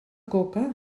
coca